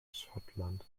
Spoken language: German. schottland